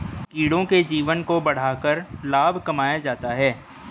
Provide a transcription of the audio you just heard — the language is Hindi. कीड़ों के जीवन को बढ़ाकर लाभ कमाया जाता है